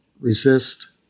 resist